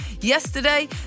yesterday